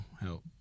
help